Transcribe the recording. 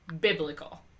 biblical